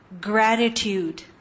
gratitude